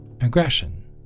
aggression